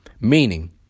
meaning